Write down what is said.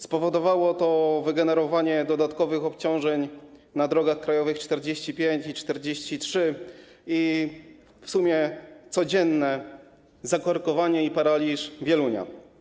Spowodowało to wygenerowanie dodatkowych obciążeń na drogach krajowych nr 45 i 43 i w sumie codzienne zakorkowanie i paraliż Wielunia.